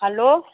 hello